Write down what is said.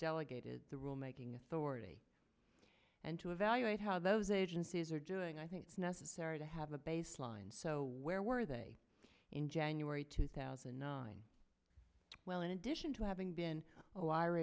delegated the rulemaking story and to evaluate how those agencies are doing i think it's necessary to have a baseline so where were they in january two thousand and nine well in addition to having been a